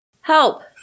Help